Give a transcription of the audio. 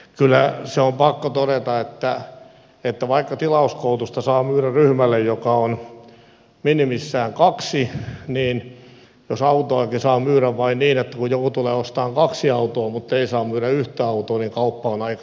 kyllä se on pakko todeta että kun tilauskoulutusta saa myydä ryhmälle joka on minimissään kaksi niin jos autojakin saa myydä vain silloin kun joku tulee ostamaan kaksi autoa mutta ei saa myydä yhtä autoa niin kauppa on aika hiljaista